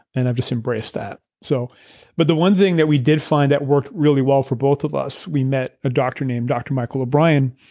and i've just embraced that so but the one thing that we did find that worked really well for both of us, we met a doctor named doctor michael o'brien,